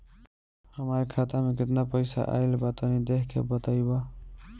हमार खाता मे केतना पईसा आइल बा तनि देख के बतईब?